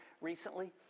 recently